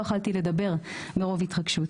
אני כמעט לא יכולתי לדבר מרוב התרגשות,